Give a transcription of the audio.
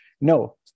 no